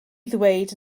ddweud